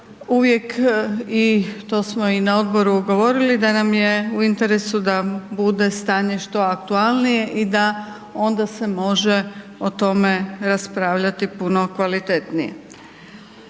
uvijek, i to smo i na Odboru govorili, da nam je u interesu da bude stanje što aktualnije i da onda se može o tome raspravljati puno kvalitetnije.